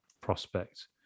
prospect